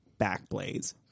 Backblaze